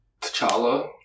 T'Challa